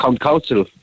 council